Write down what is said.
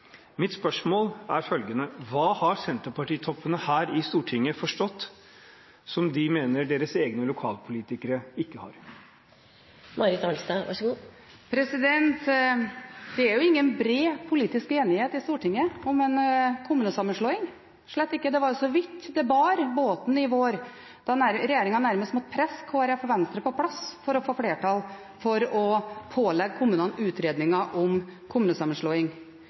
Mitt spørsmål er følgende: Hva har Senterparti-toppene her i Stortinget forstått som de mener deres egne lokalpolitikere ikke har forstått? Det er jo ingen bred politisk enighet i Stortinget om kommunesammenslåing – slett ikke. Det var jo så vidt båten bar i vår da regjeringen nærmest måtte presse Kristelig Folkeparti og Venstre på plass for å få flertall for å pålegge kommunene å gjennomføre utredninger om kommunesammenslåing.